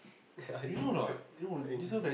yeah they quite angry